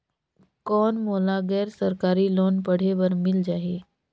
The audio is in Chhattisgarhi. कौन मोला गैर सरकारी लोन पढ़े बर मिल जाहि?